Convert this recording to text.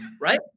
right